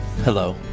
Hello